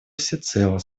всецело